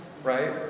Right